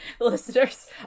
listeners